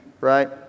right